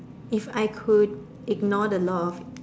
if I could ignore the law of